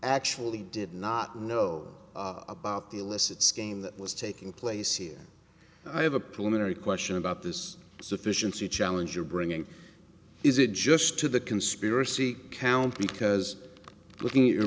actually did not know about the elicits game that was taking place here i have a preliminary question about this sufficiency challenge you're bringing is it just to the conspiracy count because looking at your